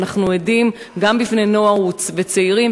ואנחנו עדים לה גם בבני-נוער ובצעירים,